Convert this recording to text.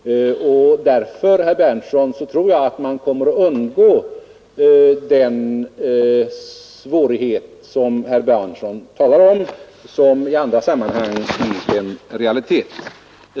Därför, herr Berndtson, tror jag att man kommer att undgå den svårighet som herr Berndtson talar om och som i andra sammanhang är en realitet.